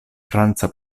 franca